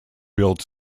built